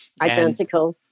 identical